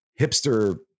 hipster